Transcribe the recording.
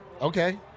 okay